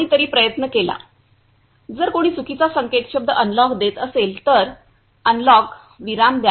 कोणीतरी प्रयत्न केला जर कोणी चुकीचा संकेतशब्द अनलॉक देत असेल तर FL अनलॉक FL विराम द्या